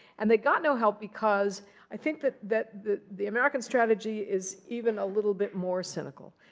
and they got no help, because i think that that the the american strategy is even a little bit more cynical.